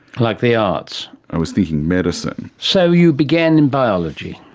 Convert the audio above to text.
like the arts? i was thinking medicine. so you began in biology?